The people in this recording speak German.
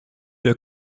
der